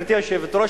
גברתי היושבת-ראש,